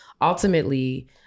ultimately